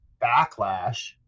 backlash